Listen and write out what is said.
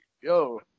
yo